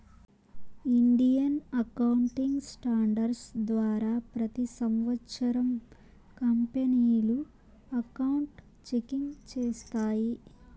Indian accounting standards ద్వారా ప్రతి సంవత్సరం కంపెనీలు అకౌంట్ చెకింగ్ చేస్తాయి